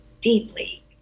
deeply